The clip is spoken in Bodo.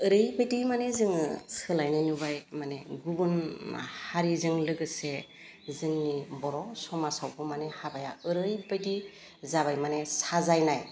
ओरैबायदि मानि जोङो सोलायनाय नुबाय माने गुबुन मा हारिजों लोगोसे जोंनि बर' समाजावबो माने हाबाया ओरैबायदि जाबाय माने साजायनाय